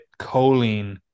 choline